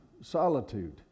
solitude